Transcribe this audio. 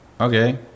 okay